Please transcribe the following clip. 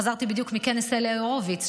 חזרתי בדיוק מכנס אלי הורביץ,